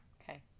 Okay